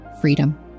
freedom